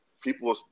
People